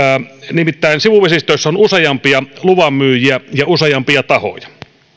nimittäin sivuvesistöissä on useampia luvanmyyjiä ja useampia tahoja